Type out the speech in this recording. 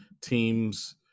teams